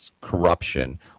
corruption